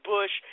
Bush